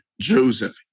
Joseph